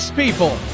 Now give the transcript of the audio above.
people